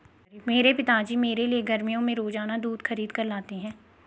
मेरे पिताजी मेरे लिए गर्मियों में रोजाना दूध खरीद कर लाते हैं